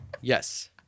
Yes